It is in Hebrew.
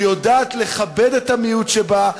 שיודעת לכבד את המיעוט שבה,